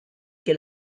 que